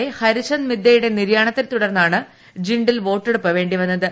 A Harichand മിദ്ദയുടെ നിര്യാണത്തിൽ തുടർന്നാണ് ജിണ്ടിൽ വോട്ടെടുപ്പ് വേണ്ടിവന്നത്